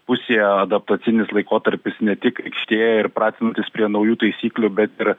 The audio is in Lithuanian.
pusėje adaptacinis laikotarpis ne tik aikštėje ir pratintis prie naujų taisyklių bet ir